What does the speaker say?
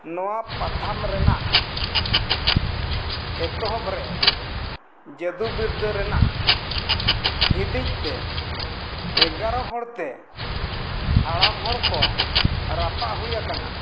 ᱱᱚᱣᱟ ᱯᱟᱛᱷᱟᱢ ᱨᱮᱱᱟᱜ ᱮᱛᱚᱦᱚᱵ ᱨᱮ ᱡᱟᱹᱫᱩ ᱵᱤᱨᱫᱟᱹ ᱨᱮᱱᱟᱜ ᱦᱤᱸᱫᱤᱡᱛᱮ ᱮᱜᱟᱨᱚ ᱦᱚᱲᱛᱮ ᱦᱟᱲᱟᱢ ᱦᱚᱲ ᱠᱚ ᱨᱟᱯᱟᱜ ᱦᱩᱭᱟᱠᱟᱱᱟ